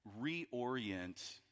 reorient